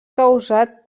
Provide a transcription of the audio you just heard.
causat